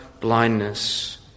blindness